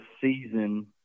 season